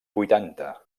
vuitanta